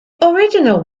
original